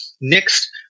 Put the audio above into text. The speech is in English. Next